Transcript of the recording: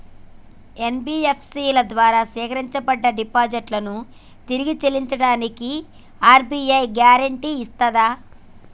NBFC ల ద్వారా సేకరించబడ్డ డిపాజిట్లను తిరిగి చెల్లించడానికి ఆర్.బి.ఐ గ్యారెంటీ ఇస్తదా?